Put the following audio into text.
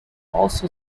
also